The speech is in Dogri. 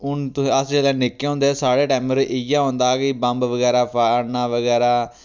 हून तुस अस जेल्लै निक्के होंदे साढ़े टैमै र इयै होंदा कि बम्ब बगैरा फाड़ना बगैरा